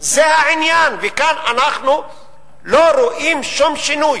זה העניין, וכאן אנחנו לא רואים שום שינוי.